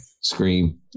Scream